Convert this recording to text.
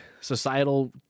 societal